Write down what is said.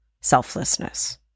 selflessness